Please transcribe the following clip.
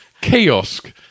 Kiosk